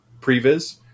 previs